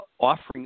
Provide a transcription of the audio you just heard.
Offering